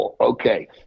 Okay